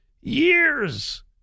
years